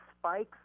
spikes